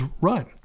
run